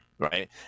Right